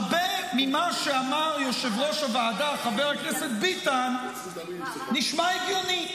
הרבה ממה שאמר יושב-ראש הוועדה חבר הכנסת ביטן נשמע הגיוני,